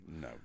no